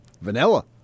Vanilla